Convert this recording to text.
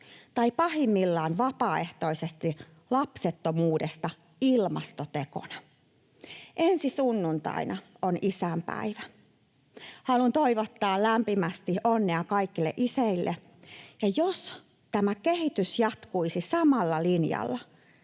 tai pahimmillaan vapaaehtoisesta lapsettomuudesta ilmastotekona? Ensi sunnuntaina on isänpäivä. Haluan toivottaa lämpimästi onnea kaikille isille. Ja jos tämä kehitys jatkuisi samalla linjalla,